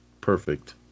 perfect